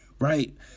right